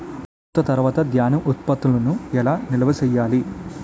కోత తర్వాత ధాన్యం ఉత్పత్తులను ఎలా నిల్వ చేయాలి?